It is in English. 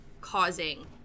causing